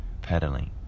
pedaling